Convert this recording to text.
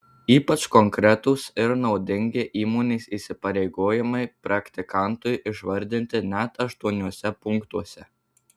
ypač konkretūs ir naudingi įmonės įsipareigojimai praktikantui išvardinti net aštuoniuose punktuose